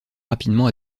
rapidement